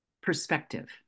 perspective